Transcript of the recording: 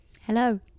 Hello